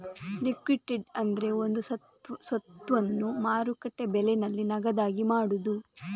liquidity ಅಂದ್ರೆ ಒಂದು ಸ್ವತ್ತನ್ನ ಮಾರುಕಟ್ಟೆ ಬೆಲೆನಲ್ಲಿ ನಗದಾಗಿ ಮಾಡುದು